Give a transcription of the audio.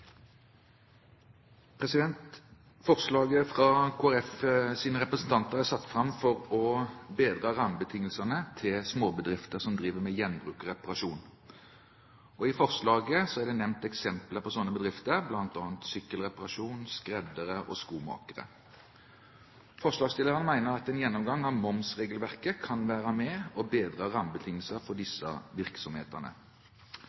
satt fram for å bedre rammebetingelsene til småbedrifter som driver med gjenbruk og reparasjon. I forslaget er det nevnt eksempler på slike bedrifter, bl.a. sykkelreparatører, skreddere og skomakere. Forslagsstillerne mener at en gjennomgang av momsregelverket kan være med på å bedre rammebetingelsene for